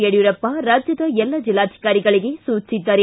ಯಡಿಯೂರಪ್ಪ ರಾಜ್ಯದ ಎಲ್ಲ ಜಿಲ್ಲಾಧಿಕಾರಿಗಳಿಗೆ ಸೂಚಿಸಿದ್ದಾರೆ